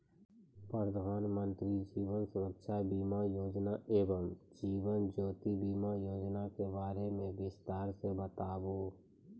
प्रधान मंत्री जीवन सुरक्षा बीमा योजना एवं जीवन ज्योति बीमा योजना के बारे मे बिसतार से बताबू?